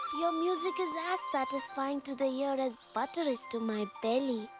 your music is as satisfying to the ear as butter is to my belly.